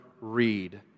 read